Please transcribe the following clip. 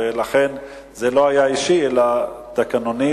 ולכן זה לא היה אישי אלא תקנוני.